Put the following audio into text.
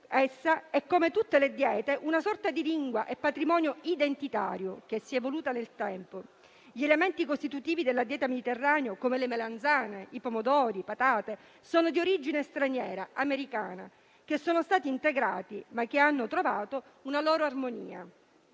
essa è - come tutte le diete - una sorta di lingua, di patrimonio identitario, che si è evoluta nel tempo. Gli elementi costitutivi della dieta mediterranea, come le melanzane, i pomodori, le patate, sono di origine straniera, americana, ma sono stati integrati e hanno trovato una loro armonia.